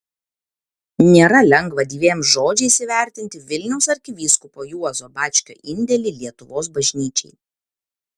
nėra lengva dviem žodžiais įvertinti vilniaus arkivyskupo juozo bačkio indėlį lietuvos bažnyčiai